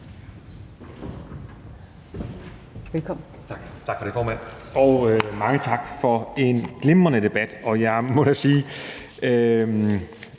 Heunicke): Tak for det, formand, og mange tak for en glimrende debat. Jeg må da sige,